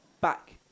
back